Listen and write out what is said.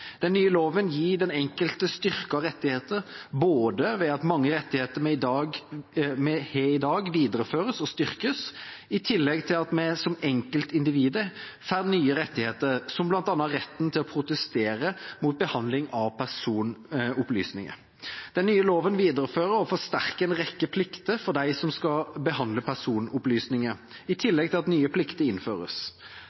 Den nye loven gir den enkelte styrkede rettigheter ved at mange rettigheter vi har i dag, videreføres og styrkes, i tillegg til at vi som enkeltindivider får nye rettigheter, som bl.a. retten til å protestere mot behandling av personopplysninger. Den nye loven viderefører og forsterker en rekke plikter for dem som skal behandle personopplysninger, i tillegg til